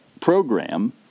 program